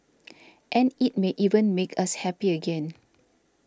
and it may even make us happy again